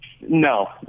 No